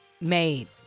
made